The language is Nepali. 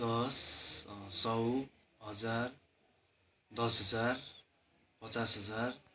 दस सौ हजार दस हजार पचास हजार